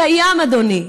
השוויון קיים, אדוני.